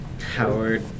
Howard